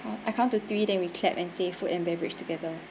I count to three then we clap and say food and beverage together